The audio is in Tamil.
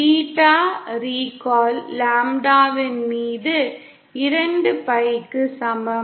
பீட்டா ரீகால் லாம்ப்டாவின் மீது 2 பைக்கு சமம்